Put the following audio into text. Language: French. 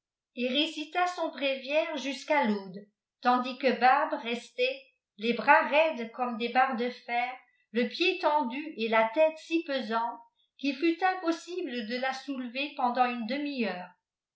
et récita son bréviaire jusqu'k laudes tandis que barbe restait les bras raides comme des barres de fer ie pied tendu et la léie si pesante qu'il fut impossible de la soulever pendant une demi-heure